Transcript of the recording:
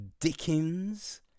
Dickens